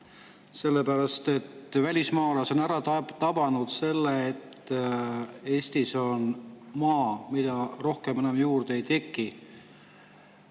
sellepärast et välismaalased on ära tabanud selle, et Eestis saab maad, mida rohkem juurde ei teki,